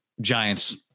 Giants